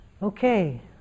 okay